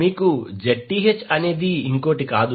మీకు Zth అనేది ఇంకోటి కాదు